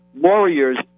warriors